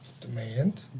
Demand